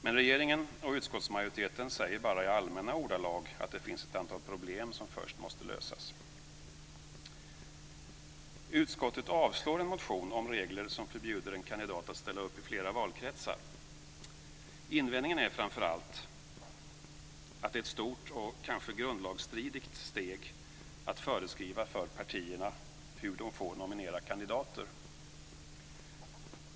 Men regeringen och utskottsmajoriteten säger bara i allmänna ordalag att det finns ett antal problem som först måste lösas. Utskottet avstyrker en motion om regler som förbjuder en kandidat att ställa upp i flera valkretsar. Invändningen är framför allt att det är ett stort och kanske grundlagsstridigt steg att föreskriva för partierna hur de får nominera kandidater.